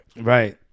right